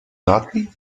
nazi